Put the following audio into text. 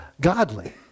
godly